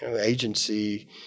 agency